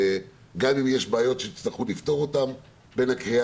שגם אם יש בעיות שיצטרכו לפתור אותם בין הקריאה